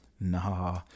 Nah